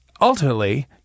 ultimately